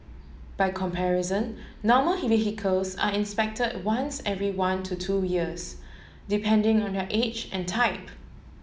by comparison normal are inspected once every one to two years depending on their age and type